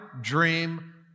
dream